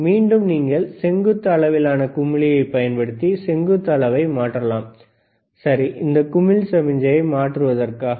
மீண்டும் நீங்கள் செங்குத்து அளவிலான குமிழியைப் பயன்படுத்தி செங்குத்து அளவை மாற்றலாம் சரி இந்த குமிழ் சமிக்ஞையை மாற்றுவதற்காக